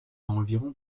environ